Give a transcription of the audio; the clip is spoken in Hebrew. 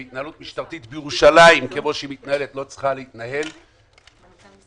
וההתנהלות המשטרתית בירושלים לא צריכה להתנהל כפי שהיא מתנהלת.